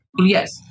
Yes